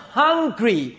hungry